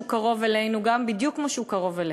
קרוב אלינו בדיוק כמו שהוא קרוב אליך.